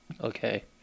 Okay